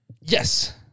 Yes